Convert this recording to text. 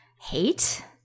hate